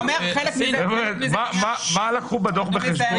--- מה לקחו בדוח בחשבון?